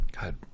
God